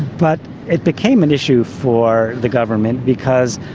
but it became an issue for the government because,